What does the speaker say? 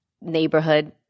neighborhood